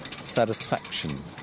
satisfaction